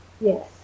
Yes